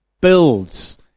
builds